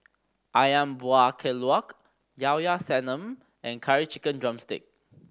Ayam Buah Keluak Llao Llao Sanum and Curry Chicken drumstick